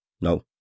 No